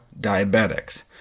diabetics